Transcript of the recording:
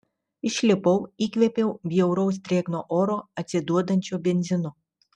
išlipau įkvėpiau bjauraus drėgno oro atsiduodančio benzinu